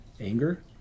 Anger